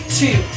two